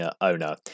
owner